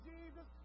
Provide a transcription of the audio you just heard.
Jesus